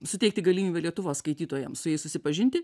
suteikti galimybę lietuvos skaitytojams su jais susipažinti